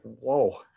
whoa